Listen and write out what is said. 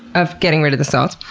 of getting rid of the salt.